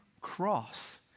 cross